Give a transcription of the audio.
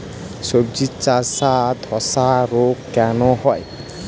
সবজির চারা ধ্বসা রোগ কেন হয়?